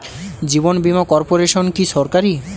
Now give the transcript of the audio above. জীবন Bima corporation কি সরকারি?